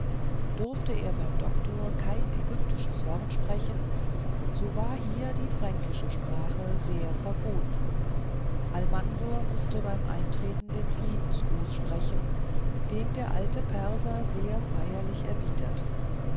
durfte er beim doktor kein ägyptisches wort sprechen so war hier die fränkische sprache sehr verboten almansor mußte beim eintreten den friedensgruß sprechen den der alte perser sehr feierlich erwiderte